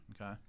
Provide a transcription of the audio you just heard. Okay